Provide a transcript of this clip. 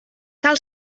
cal